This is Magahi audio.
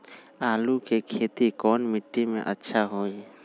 आलु के खेती कौन मिट्टी में अच्छा होइ?